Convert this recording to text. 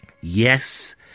Yes